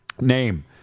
Name